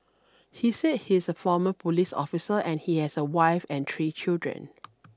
he said he's a former police officer and he has a wife and three children